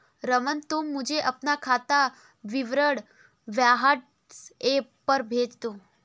रमन, तुम मुझे अपना खाता विवरण व्हाट्सएप पर भेज दो